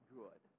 good